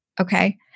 okay